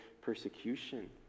persecution